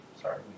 sorry